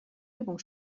übung